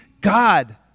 God